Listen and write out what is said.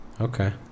Okay